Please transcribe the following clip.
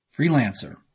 Freelancer